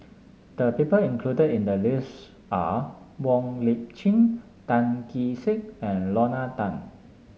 the people included in the list are Wong Lip Chin Tan Kee Sek and Lorna Tan